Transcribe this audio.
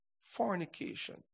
Fornication